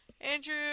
Andrew